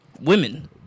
women